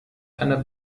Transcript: einer